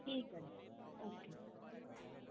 ਠੀਕ ਐ ਜੀ ਓਕੇ